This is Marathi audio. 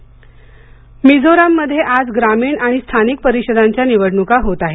मिझोरम निवडणुका मिझोरममध्ये आज ग्रामीण आणि स्थानिक परिषदांच्या निवडणुका होत आहेत